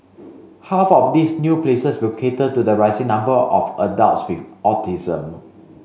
half of these new places will cater to the rising number of adults with autism